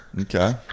Okay